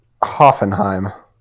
Hoffenheim